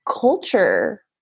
culture